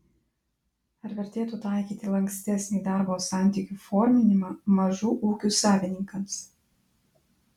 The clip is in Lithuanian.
ar vertėtų taikyti lankstesnį darbo santykių forminimą mažų ūkių savininkams